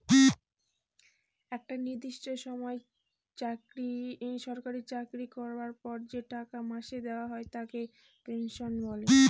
একটা নির্দিষ্ট সময় সরকারি চাকরি করবার পর যে টাকা মাসে দেওয়া হয় তাকে পেনশন বলে